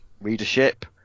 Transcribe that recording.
readership